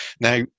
Now